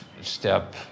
step